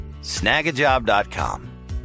Snagajob.com